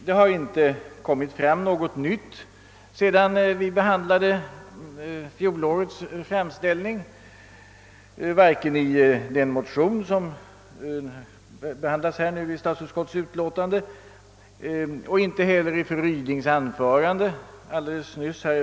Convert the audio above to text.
Det har inte kommit fram något nytt sedan vi behandlade fjolårets framställning, vare sig i de aktuella motionerna eller i fru Rydings anförande.